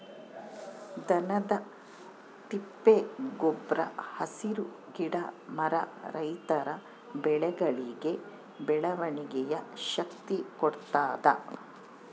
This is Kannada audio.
ದನದ ತಿಪ್ಪೆ ಗೊಬ್ರ ಹಸಿರು ಗಿಡ ಮರ ರೈತರ ಬೆಳೆಗಳಿಗೆ ಬೆಳವಣಿಗೆಯ ಶಕ್ತಿ ಕೊಡ್ತಾದ